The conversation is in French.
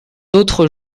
d’autre